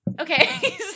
Okay